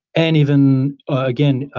and even again,